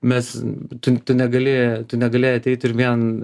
mes tu tu negali tu negali ateit ir vien